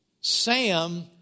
Sam